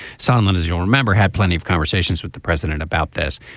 sunlen as you remember had plenty of conversations with the president about this.